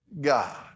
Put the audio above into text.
God